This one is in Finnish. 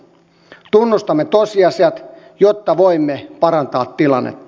tunnustamme tosiasiat jotta voimme parantaa tilannetta